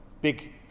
big